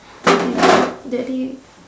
that day